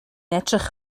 edrych